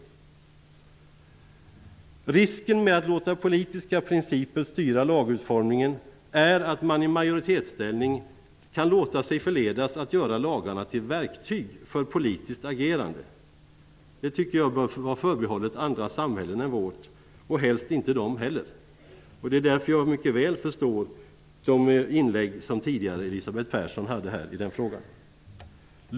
Risken med att låta politiska principer styra lagutformningen är att man i majoritetsställning kan låta sig förledas att göra lagarna till verktyg för politiskt agerande. Det tycker jag bör vara förbehållet andra samhällen än vårt, och helst inte dem heller. Det är därför jag mycket väl förstår de inlägg som Elisabeth Persson tidigare har gjort här i denna fråga.